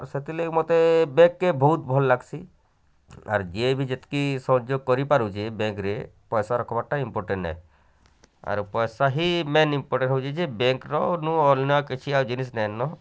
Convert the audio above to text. ଆଉ ସେଥିର୍ ଲାଗି ମତେ ବ୍ୟାଙ୍କ୍ କେ ବହୁତ୍ ଭଲ୍ ଲାଗସି ଆର୍ ଯିଏ ବି ଯେତକି ସହଯୋଗ୍ କରିପାରୁଛି ବ୍ୟାଙ୍କ୍ରେ ପଇସା ରଖବାର୍ଟା ଇମ୍ପୋଟାଣ୍ଟ୍ ହେ ଆର୍ ପଇସା ହିଁ ମେନ୍ ଇମ୍ପୋଟାଣ୍ଟ୍ ହେଉଛି ଯେ ବ୍ୟାଙ୍କ୍ରନୁ ଅନ୍ୟ କିଛି ଆଉ ଜିନିଷ୍ ନେହିଁନ